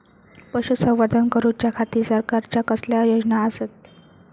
पशुसंवर्धन करूच्या खाती सरकारच्या कसल्या योजना आसत?